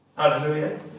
Hallelujah